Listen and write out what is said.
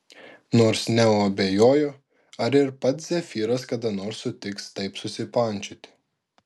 nors neo abejojo ar ir pats zefyras kada nors sutiks taip susipančioti